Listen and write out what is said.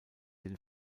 den